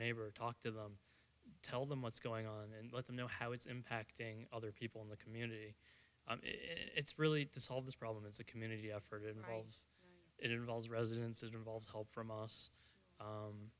neighbor talk to them tell them what's going on and let them know how it's impacting other people in the community and it's really to solve this problem as a community effort in roles it involves residents involves help from us